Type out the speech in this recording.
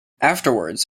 afterwards